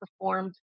performed